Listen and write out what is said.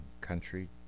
country